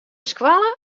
skoalle